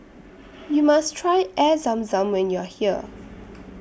YOU must Try Air Zam Zam when YOU Are here